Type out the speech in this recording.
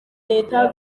reta